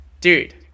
dude